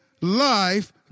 life